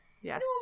Yes